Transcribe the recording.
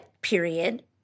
period